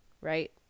Right